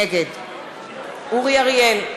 נגד אורי אריאל,